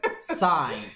Sign